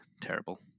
terrible